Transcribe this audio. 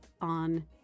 on